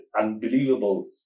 unbelievable